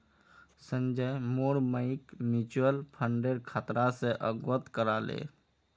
संजय मोर मइक म्यूचुअल फंडेर खतरा स अवगत करा ले